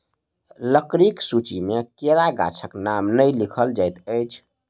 लकड़ीक सूची मे केरा गाछक नाम नै लिखल जाइत अछि